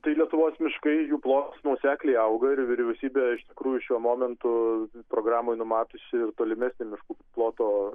tai lietuvos miškai jų plotas nuosekliai auga ir vyriausybė iš tikrųjų šiuo momentu programoj numačiusi ir tolimesnį miškų ploto